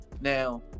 Now